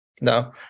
No